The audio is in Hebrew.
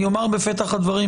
אני אומר בפתח הדברים,